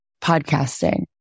podcasting